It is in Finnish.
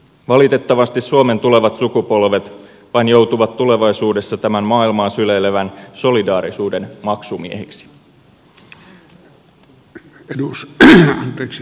valitettavasti suomen tulevat sukupolvet vain joutuvat tulevaisuudessa tämän maailmaa syleilevän solidaarisuuden maksumiehiksi